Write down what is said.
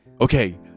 okay